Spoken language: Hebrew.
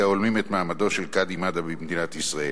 ההולמים את מעמדו של קאדי מד'הב במדינת ישראל.